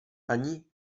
ani